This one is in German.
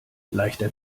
leichter